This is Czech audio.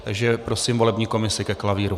Takže prosím volební komisi ke klavíru.